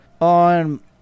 on